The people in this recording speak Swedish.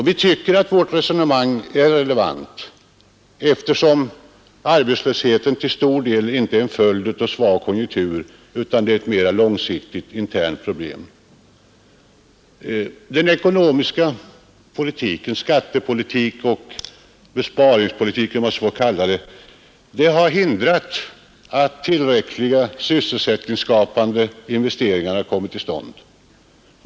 Vi tycker att vårt resonemang är relevant eftersom arbetslösheten till stor del inte är en följd av svag konjunktur, utan den är ett mera långsiktigt internt problem. Den ekonomiska politiken, skattepolitik och besparingspolitik — om jag får använda det uttrycket — har hindrat att tillräckliga sysselsättningsskapande investeringar kommit till stånd.